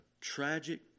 Tragic